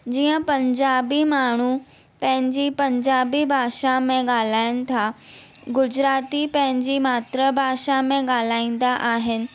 जीअं पंजाबी माण्हू पंहिंजी पंजाबी भाषा में ॻाल्हाइण था गुजराती पंहिंजी मात्र भाषा में ॻाल्हाईंदा आहिनि